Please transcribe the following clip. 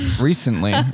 recently